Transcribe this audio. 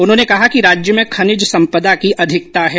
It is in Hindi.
उन्होने कहा कि राजस्थान में खनिज सम्पदा की अधिकता है